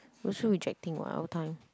we also rejecting what our time